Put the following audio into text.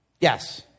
Yes